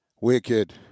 Wicked